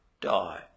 die